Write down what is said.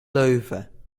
leuven